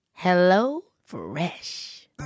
HelloFresh